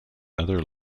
other